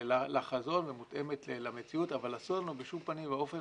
לחזון ומותאמת למציאות אבל אסור לנו בשום פנים ואופן